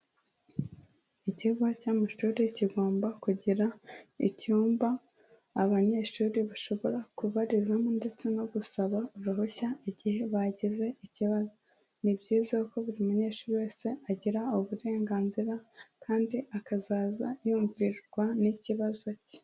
Ikigo cy'amashuri kigomba kugira icyumba abanyeshuri bashobora kubarizamo ndetse no gusaba uruhushya igihe bagize ikibazo, ni byiza ko buri munyeshuri wese agira uburenganzira kandi akazaza yumvishwa n'ikibazo cye.